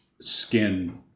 skin